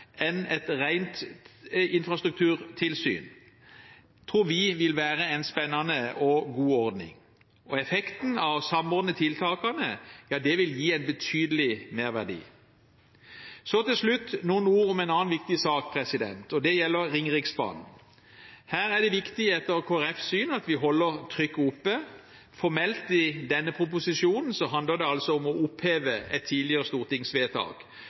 et rent infrastrukturtilsyn, tror vi vil være en spennende og god ordning. Effekten av å samordne tiltakene vil gi en betydelig merverdi. Så til slutt noen ord om en annen viktig sak, og det gjelder Ringeriksbanen. Her er det viktig, etter Kristelig Folkepartis syn, at vi holder trykket oppe. Formelt, i denne proposisjonen, handler det om å oppheve et tidligere stortingsvedtak